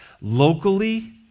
locally